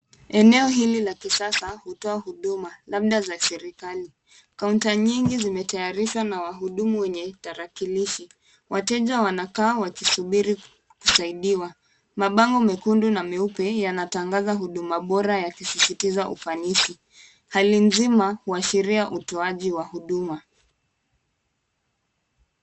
Eneo hili la kisasa hutoa huduma labda za serikali. Kaunta nyingi zimetayarishwa na wahudumu wenye tarakilishi. Wateja wanakaa wakisubiri kusaidiwa. Mabango mekundu na meupe yanatangaza huduma bora ya kusisitiza ufanisi. Hali mzima uashiria utoaji wa huduma.